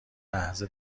لحظه